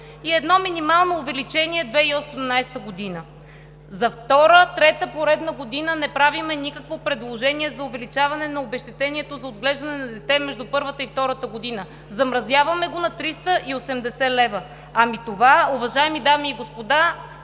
и едно минимално увеличение 2018 г. За втора-трета поредна година не правим никакво предложение за увеличаване на обезщетението за отглеждане на дете между първата и втората година – замразяваме го на 380 лв. Ами, уважаеми дами и господа,